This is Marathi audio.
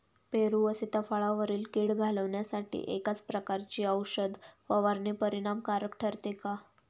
पेरू व सीताफळावरील कीड घालवण्यासाठी एकाच प्रकारची औषध फवारणी परिणामकारक ठरते का?